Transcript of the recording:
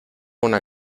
una